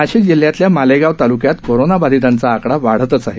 नाशिक जिल्ह्यातल्या मालेगाव तालुक्यात कोरोना बाधीतांचा आकडा वाढतच आहे